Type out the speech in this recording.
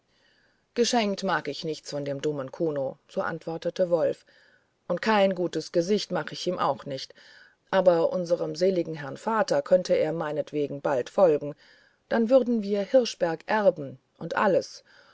geschenkt mag ich nichts von dem dummen kuno so antwortete wolf und kein gutes gesicht mach ich ihm auch nicht aber unserem seligen herrn vater könnte er meinetwegen bald folgen dann würden wir hirschberg erben und alles